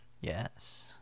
Yes